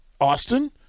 Austin